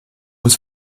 was